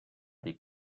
dic